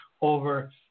over